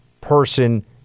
person